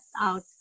out